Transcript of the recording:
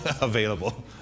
available